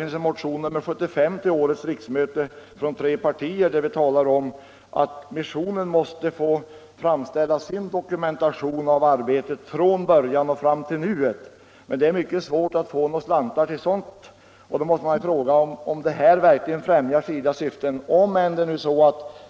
I motionen 75 till årets riksmöte — från tre partier — talas om att missionen måste få framställa sin dokumentation av arbetet från början och fram till nuet. Men det är mycket svårt att få några slantar till sådant. Då måste man ju fråga om det här verkligen främjar SIDA:s syften, även om nu